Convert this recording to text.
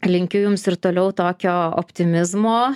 linkiu jums ir toliau tokio optimizmo